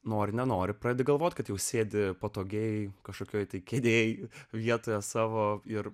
nori nenori pradedi galvoti kad jau sėdi patogiai kažkokioje tai kėdėje vietoje savo ir